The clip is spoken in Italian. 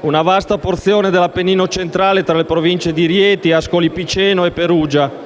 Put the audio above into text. una vasta porzione dell'Appennino centrale tra le Province di Rieti, Ascoli Piceno e Perugia